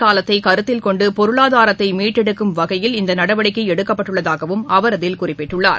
காலத்தைகருத்தில் கொண்டுபொருளாதாரத்தைமீட்டெடுக்கும் வகையில் பண்டிகைக் இந்தநடவடிக்கைஎடுக்கப்பட்டுள்ளதாகவும் அவர் அதில் குறிப்பிட்டுள்ளார்